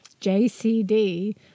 JCD